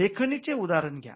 लेखणीचे उदाहरण घ्या